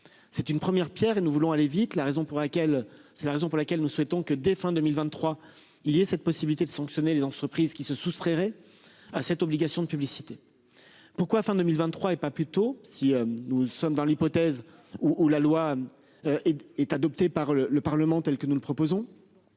C'est une première Pierre et nous voulons aller vite. La raison pour laquelle c'est la raison pour laquelle nous souhaitons que dès fin 2023, il y a cette possibilité de sanctionner les entreprises qui se soustrairait. À cette obligation de publicité. Pourquoi fin 2023 et pas plus tôt si nous sommes dans l'hypothèse où la loi. Est adoptée par le le Parlement tel que nous le proposons.